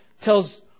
tells